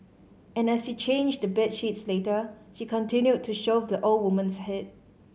and as she changed the bed sheets later she continued to shove the old woman's head